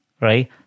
right